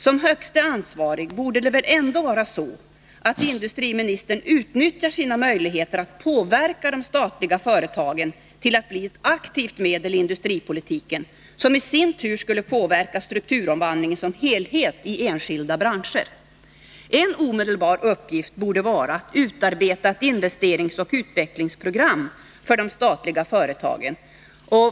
Som högste ansvarig borde väl industriministern utnyttja sina möjligheter att påverka de statliga företagen att bli ett aktivt medel i industripolitiken, som i sin tur skulle påverka strukturomvandlingen som helhet i enskilda branscher. En omedelbar uppgift borde vara att utarbeta ett investeringsoch utvecklingsprogram för de statliga företagen.